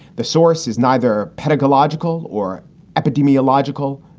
the source is neither pedagogical or epidemiological,